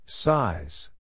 Size